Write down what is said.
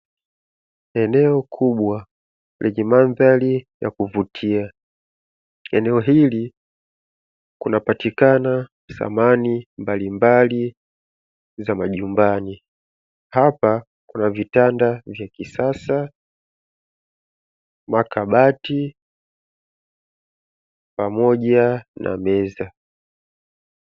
Eneo kubwa lenye mandhari ya kuvutia eneo hili kunapatikana samani mbalimbali za majumbani, hapa kuna vitanda vya kisasa, makabati pamoja na meza.